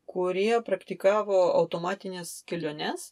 kurie praktikavo automatines keliones